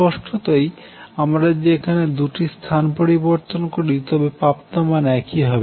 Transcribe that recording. স্পষ্টতই আমরা যদি এখানে দুটির স্থান পরিবর্তন করি তবে প্রাপ্ত মান একই হবে